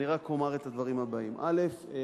אני רק אומר את הדברים הבאים: א.